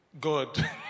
God